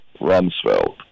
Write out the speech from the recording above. Rumsfeld